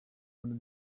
rwanda